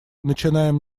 начинаем